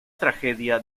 tragedia